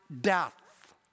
death